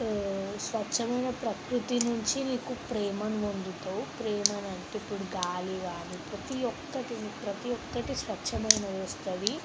ఈ స్వచ్ఛమైన ప్రకృతి నుంచి మీకు ప్రేమను పొందుతావు ప్రేమ అంటే ఇప్పుడు గాలి కాని ప్రతి ఒక్కటి ప్రతి ఒక్కటి స్వచ్ఛమైనది ఇస్తుంది